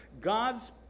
God's